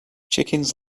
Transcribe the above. chickens